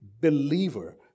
believer